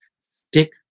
Stick